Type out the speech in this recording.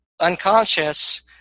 unconscious